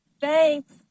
Thanks